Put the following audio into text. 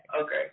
Okay